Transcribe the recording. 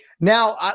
now